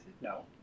no